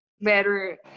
better